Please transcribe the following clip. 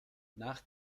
nach